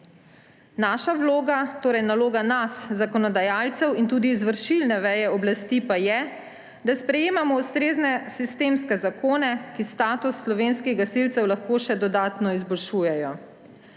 Naša vloga, torej naloga nas zakonodajalcev in tudi izvršilne veje oblasti, pa je, da sprejemamo ustrezne sistemske zakone, ki status slovenskih gasilcev lahko še dodatno izboljšujejo.